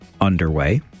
underway